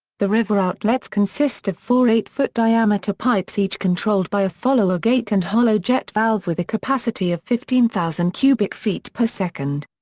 the river outlets consist of four eight foot diameter pipes each controlled by a follower gate and hollow-jet valve with a capacity of fifteen thousand cubic feet per second.